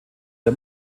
der